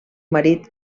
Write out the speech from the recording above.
marit